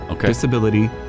disability